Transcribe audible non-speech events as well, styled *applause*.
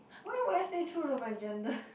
why would I stay true to my *laughs* gender